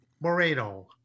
Moreno